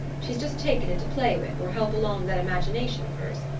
she's just taken it to play with or help along that imagination of hers.